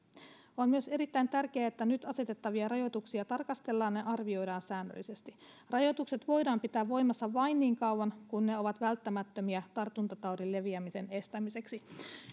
on myös erittäin tärkeää että nyt asetettavia rajoituksia tarkastellaan ja ne arvioidaan säännöllisesti rajoitukset voidaan pitää voimassa vain niin kauan kuin ne ovat välttämättömiä tartuntataudin leviämisen estämiseksi